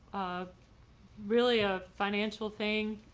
a really a financial thing,